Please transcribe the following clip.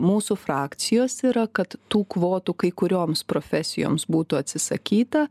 mūsų frakcijos yra kad tų kvotų kai kurioms profesijoms būtų atsisakyta